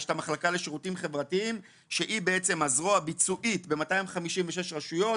יש את המחלקה לשירותים חברתיים שהיא בעצם הזרוע הביצועית ב-256 רשויות